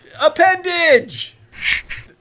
Appendage